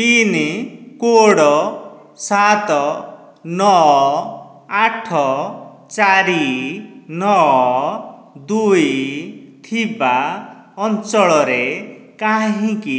pin code ସାତ ନଅ ଆଠ ଚାରି ନଅ ଦୁଇ ଥିବା ଅଞ୍ଚଳରେ କାହିଁକି